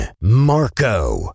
Marco